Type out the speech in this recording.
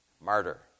Martyr